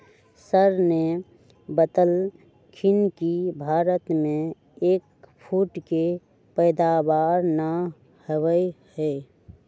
sir ने बतल खिन कि भारत में एग फ्रूट के पैदावार ना होबा हई